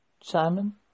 Simon